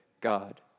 God